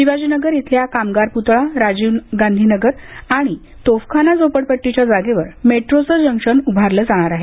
शिवाजीनगर इथल्या कामगार पुतळा राजीव गांधीनगर आणि तोफखाना झोपडपट्टीच्या जागेवर मेट्रोचं जंक्शन उभारलं जाणार आहे